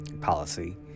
policy